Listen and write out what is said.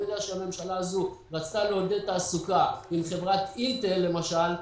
אני יודע שהממשלה הזאת רצתה להוביל תעסוקה עם חברת אינטל למשל,